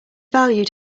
valued